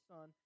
Son